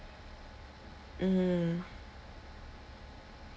mm